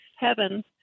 heaven